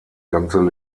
ganze